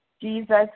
Jesus